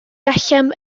gallem